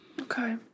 Okay